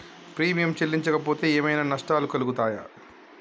Premium చెల్లించకపోతే ఏమైనా నష్టాలు కలుగుతయా?